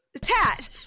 tat